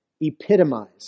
epitomize